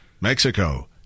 Mexico